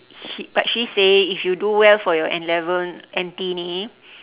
he but she say if you do well for you N-level N_T ini